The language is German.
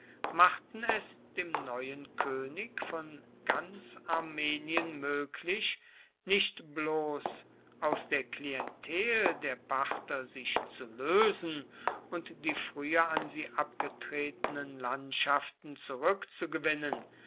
machten es dem neuen könig von ganz armenien möglich nicht bloß aus der klientel der parther sich zu lösen und die früher an sie abgetretenen landschaften zurückzugewinnen